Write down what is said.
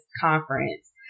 conference